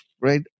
right